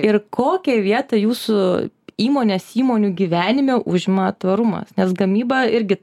ir kokią vietą jūsų įmonės įmonių gyvenime užima tvarumas nes gamyba irgi